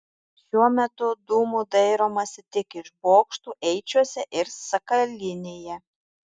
šiuo metu dūmų dairomasi tik iš bokštų eičiuose ir sakalinėje